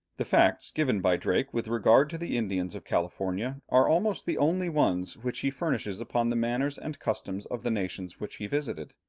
the facts given by drake with regard to the indians of california are almost the only ones which he furnishes upon the manners and customs of the nations which he visited.